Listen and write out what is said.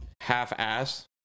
half-ass